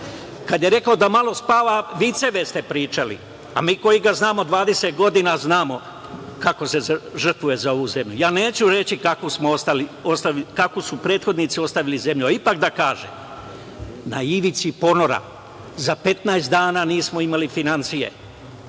Kada je rekao da malo spava, viceve ste pričali, a mi koji ga znamo 20 godina znamo kako se žrtvuje za ovu zemlju. Ja neću reći kako su prethodnici ostavili zemlju, ali ipak da kažem - na ivici ponora. Za 15 dana nismo imali finansije.